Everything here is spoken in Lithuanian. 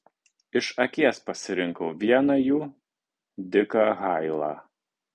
iš akies pasirinkau vieną jų diką hailą